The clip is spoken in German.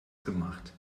gemacht